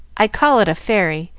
i call it a fairy,